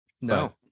no